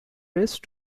raised